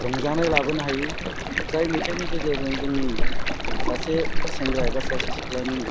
रंजानाय लाबोनो हायो जाय मेथाइनि गेजेरजों जोंनि सासे सेंग्राया एबा सासे सिख्लानि